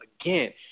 again